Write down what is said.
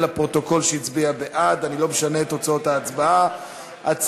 התשע"ה 2015,